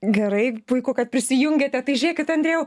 gerai puiku kad prisijungė te tai žiūrėkit andriau